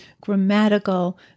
grammatical